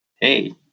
hey